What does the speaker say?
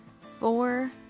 four